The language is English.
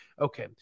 Okay